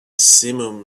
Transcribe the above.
simum